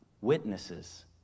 witnesses